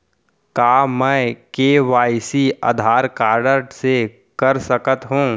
का मैं KYC Aadhaar card से कर सकत हो?